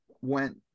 went